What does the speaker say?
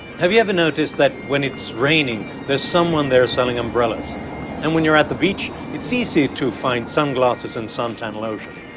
have you ever noticed that, when it's raining, there's someone there selling umbrellas and when you're at the beach, it's easy to find sunglasses and suntan lotion?